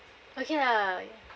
okay lah